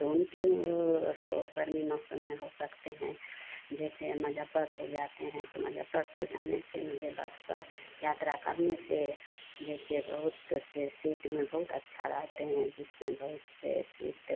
तो उल्टी गर्मी मौसम में हो सकती है जैसे मुजफ़्फरपुर जाते हैं तो मुजफ़्फरपुर जाने से मुझे बस पर यात्रा करने से जैसे बहुत सी सीट में बहुत अच्छी रहती है जिसमें बहुत सी सीट